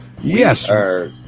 Yes